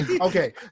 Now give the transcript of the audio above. Okay